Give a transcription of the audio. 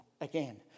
again